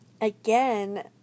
again